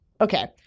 Okay